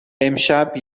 امشب